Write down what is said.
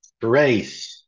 Grace